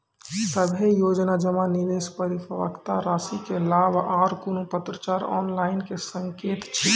सभे योजना जमा, निवेश, परिपक्वता रासि के लाभ आर कुनू पत्राचार ऑनलाइन के सकैत छी?